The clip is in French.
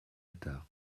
attard